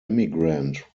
emigrant